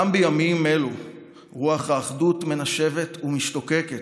גם בימים אלו רוח האחדות מנשבת ומשתוקקת,